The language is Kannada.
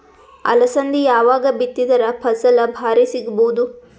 ಅಲಸಂದಿ ಯಾವಾಗ ಬಿತ್ತಿದರ ಫಸಲ ಭಾರಿ ಸಿಗಭೂದು?